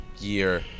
year